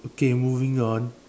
okay moving on